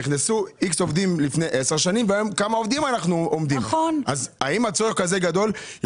נכנסו איקס עובדים לפני 10 והיום על כמה אנחנו עובדים מועסקים היום.